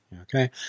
Okay